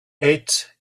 ate